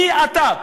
מי אתה?